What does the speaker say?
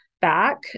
back